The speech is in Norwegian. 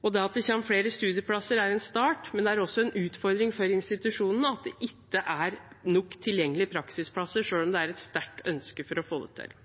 Det at det kommer flere studieplasser, er en start, men det er også en utfordring for institusjonene at det ikke er nok tilgjengelige praksisplasser, selv om det er et sterkt ønske om å få det til.